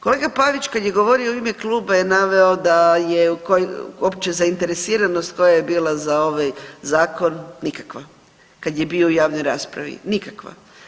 Kolega Pavić kad je govorio u ime kluba je naveo da je opća zainteresiranost koja je bila za ovaj zakon nikakva kad je bio u javnoj raspravi, nikakva.